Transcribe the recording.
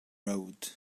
road